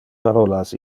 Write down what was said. parolas